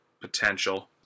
potential